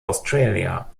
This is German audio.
australia